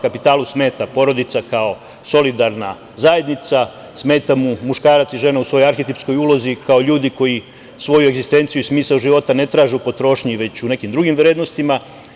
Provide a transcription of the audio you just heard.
Kapitalu smeta porodica kao solidarna zajednica, smeta mu muškarac i žena u svoj arhetipskoj ulozi, kao ljudi koji svoju egzistenciju i smisao života ne traže u potrošnji, već u nekim drugim vrednostima.